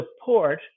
support